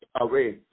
away